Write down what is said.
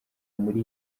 muri